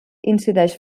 incideix